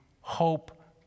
hope